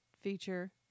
feature